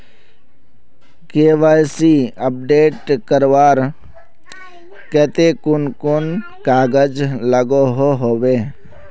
KYC update करवार केते कुन कुन कागज लागोहो होबे?